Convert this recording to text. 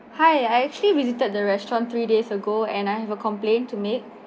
hi I actually visited the restaurant three days ago and I have a complaint to make